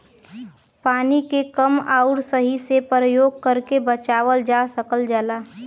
पानी के कम आउर सही से परयोग करके बचावल जा सकल जाला